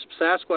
Sasquatch